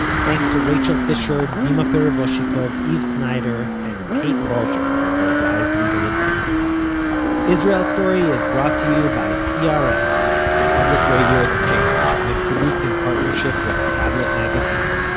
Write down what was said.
thanks to rachel fisher, dima perevozchikov, eve sneider and kate bolger for her wise legal advice israel story is brought to you by prx the public radio exchange, and is produced in partnership with tablet magazine.